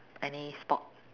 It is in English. any sport